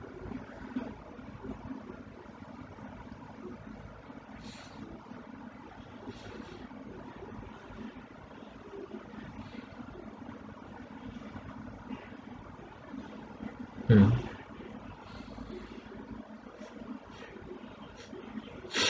mm